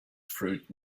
fruit